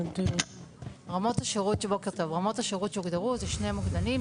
רמות השירות שהוגדרו זה שני מוקדנים.